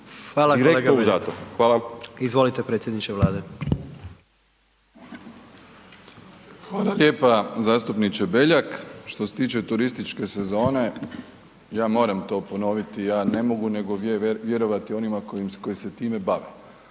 Hvala kolega Beljak. Izvolite predsjedniče Vlade. **Plenković, Andrej (HDZ)** Hvala lijepa zastupniče Beljak. Što se tiče turističke sezone, ja moram to ponoviti, je ne mogu nego vjerovati onima koji se time bave,